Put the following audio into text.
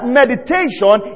meditation